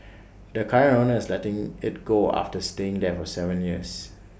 the current owner is letting IT go after staying there for Seven years